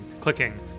clicking